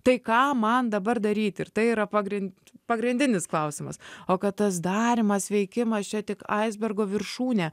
tai ką man dabar daryti ir tai yra pagrin pagrindinis klausimas o kad tas darymas veikimas čia tik aisbergo viršūnė